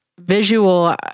visual